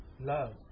love